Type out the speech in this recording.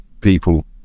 people